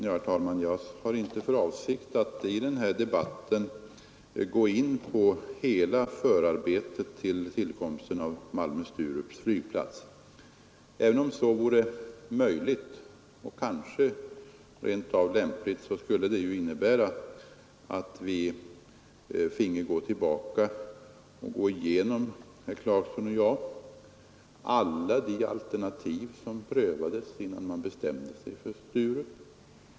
Herr talman! Jag har inte för avsikt att i denna debatt gå in på hela förarbetet vid tillkomsten av Malmö/Sturups flygplats. Även om det vore möjligt, och kanske rent av lämpligt, skulle det betyda att herr Clarkson och jag fick gå igenom alla de alternativ som prövades innan vi bestämde oss för Sturup.